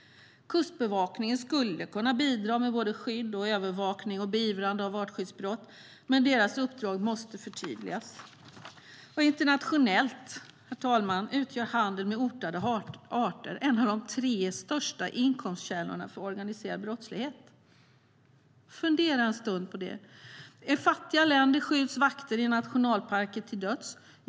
Kustbevakningen skulle kunna bidra med både skydd, övervakning och beivrande av artskyddsbrott, men deras uppdrag måste förtydligas.I fattiga länder skjuts vakter i nationalparker till döds.